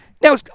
Now